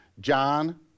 John